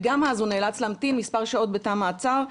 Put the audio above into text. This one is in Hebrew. גם אז הוא נאלץ להמתין מספר שעות בתא המעצר.